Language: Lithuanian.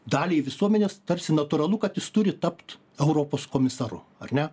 daliai visuomenės tarsi natūralu kad jis turi tapt europos komisaru ar ne